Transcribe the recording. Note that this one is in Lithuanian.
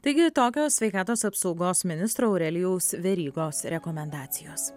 taigi tokio sveikatos apsaugos ministro aurelijaus verygos rekomendacijos